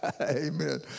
Amen